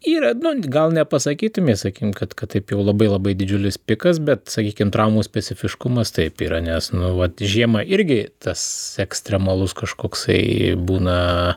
yra nu gal nepasakytumei sakykim kad kad taip jau labai labai didžiulis pikas bet sakykim traumų specifiškumas taip yra nes nu vat žiemą irgi tas ekstremalus kažkoksai būna